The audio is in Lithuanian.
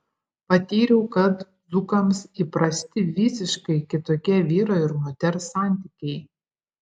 patyriau kad dzūkams įprasti visiškai kitokie vyro ir moters santykiai